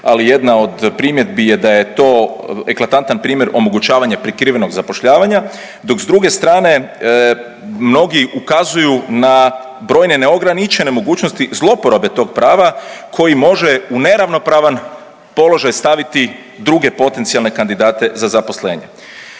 ali jedna od primjedbi je da je to eklatantan primjer omogućavanja prikrivenog zapošljavanja dok s druge strane mnogi ukazuju na brojne neograničene mogućnosti zlouporabe tog prava koji može u neravnopravan položaj staviti druge potencijalne kandidate za zaposlenje.